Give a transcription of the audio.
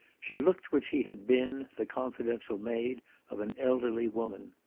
she looked what she had been, the confidential maid of an elderly woman.